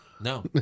No